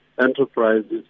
enterprises